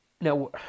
now